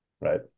right